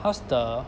how's the